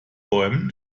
bäumen